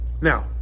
Now